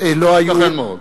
לא היו, ייתכן מאוד.